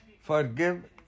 forgive